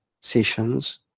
sessions